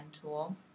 tool